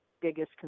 biggest